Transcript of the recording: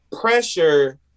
pressure